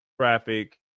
traffic